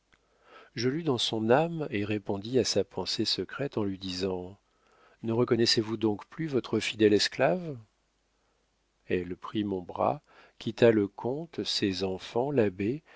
je lus dans son âme et répondis à sa pensée secrète en lui disant ne reconnaissez-vous donc plus votre fidèle esclave elle prit mon bras quitta le comte ses enfants l'abbé